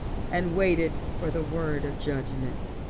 and waited for the word of judgment.